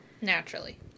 Naturally